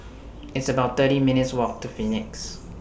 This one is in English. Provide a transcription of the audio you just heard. It's about thirty minutes' Walk to Phoenix